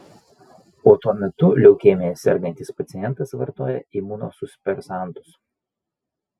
o tuo metu leukemija sergantis pacientas vartoja imunosupresantus